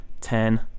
ten